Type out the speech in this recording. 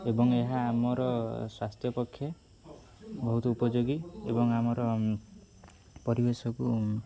ଏବଂ ଏହା ଆମର ସ୍ୱାସ୍ଥ୍ୟ ପକ୍ଷେ ବହୁତ ଉପଯୋଗୀ ଏବଂ ଆମର ପରିବେଶକୁ